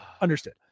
Understood